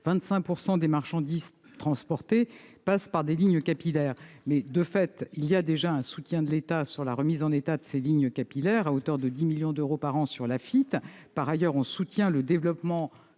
25 % des marchandises transportées passent par des lignes capillaires. De fait, il y a déjà un soutien de l'État à la remise en état de ces lignes capillaires, à hauteur de 10 millions d'euros par an, l'Afitf. Par ailleurs, nous soutenons le développement